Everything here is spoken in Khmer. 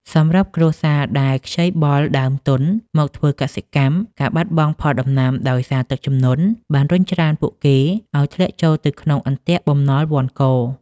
សម្រាប់គ្រួសារដែលខ្ចីបុលដើមទុនមកធ្វើកសិកម្ម ការបាត់បង់ផលដំណាំដោយសារទឹកជំនន់បានរុញច្រានពួកគេឱ្យធ្លាក់ចូលទៅក្នុងអន្ទាក់បំណុលវណ្ឌក។